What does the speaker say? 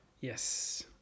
Yes